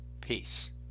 Peace